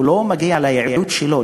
הוא לא מגיע לייעוד שלו,